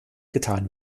getan